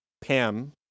Pam